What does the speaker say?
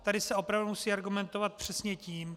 Tady se opravdu musí argumentovat přesně tím...